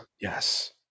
Yes